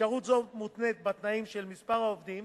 אפשרות זו מותנית בתנאים של מספר העובדים